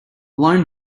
lone